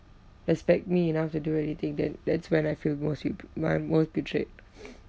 respect me enough to do anything then that's when I feel most with my most betrayed